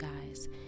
guys